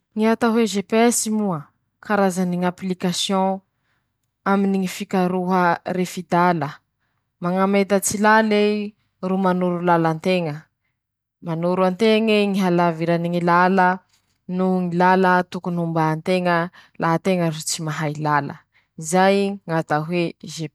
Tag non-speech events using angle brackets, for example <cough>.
Ñy fomba fanivaña ñy rano maloto: -Ampandevezy ran'oñy, lafa i ro <shushes> baka nandevy, ajotso an-tany eo, -Atao ambany, engà hikatoky ambany añy loto reñy, -Aily añaty kôpy amizay anovy pasoara; -Afaky anovin-teña aminy ñy masiny fitantavaña <shushes> rano ko'ey laha teña ro mana ñy fahafaha aminy ñy masiny.